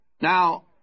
Now